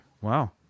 Wow